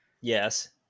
yes